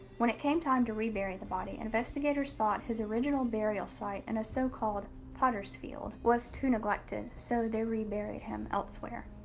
when it came time to rebury the body, investigators thought his original burial site in and a so-called potter's field was too neglected, so they reburied him elsewhere.